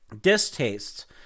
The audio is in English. distastes